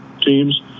teams